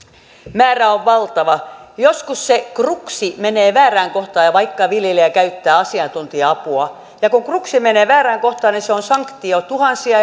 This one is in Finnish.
määrä on valtava joskus se kruksi menee väärään kohtaan vaikka viljelijä käyttää asiantuntija apua ja kun kruksi menee väärään kohtaan niin sanktio on tuhansia